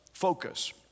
focus